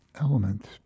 elements